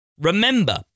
Remember